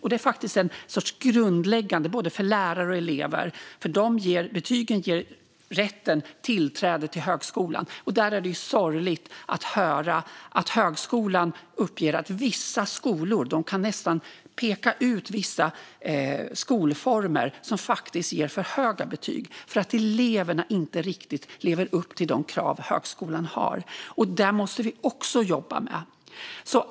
Detta är faktiskt grundläggande för både lärare och elever, för betygen ger tillträde till högskolan. Det är sorgligt att höra att högskolan uppger att vissa skolor - de kan nästan peka ut vissa skolformer - faktiskt ger för höga betyg och att eleverna inte riktigt lever upp till de krav som högskolan har. Även detta måste vi jobba med.